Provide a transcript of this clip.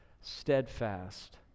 steadfast